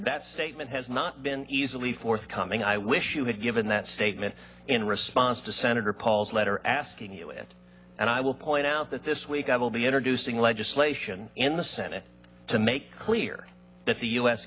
that statement has not been easily forthcoming i wish you had given that statement in response to senator paul's letter asking you it and i will point out that this week i will be introducing legislation in the senate to make clear that the u